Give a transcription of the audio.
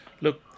Look